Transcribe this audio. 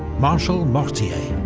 marshal mortier